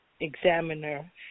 examiner